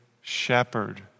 shepherd